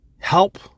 Help